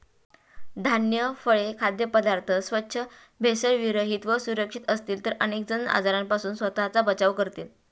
धान्य, फळे, खाद्यपदार्थ स्वच्छ, भेसळविरहित व सुरक्षित असतील तर अनेक जण आजारांपासून स्वतःचा बचाव करतील